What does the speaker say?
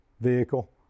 vehicle